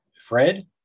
Fred